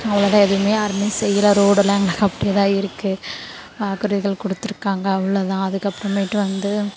அவ்வளோதான் எதுவுமே யாருமே செய்யலை ரோடெல்லாம் எங்களுக்கு அப்படியேதான் இருக்குது வாக்குறுதிகள் கொடுத்துருக்காங்க அவ்வளோதான் அதுக்கப்புறமேட்டு வந்து